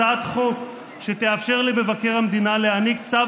הצעת חוק שתאפשר למבקר המדינה להעניק צו